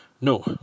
no